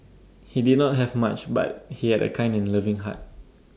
he did not have much but he had A kind and loving heart